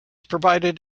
provided